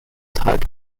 type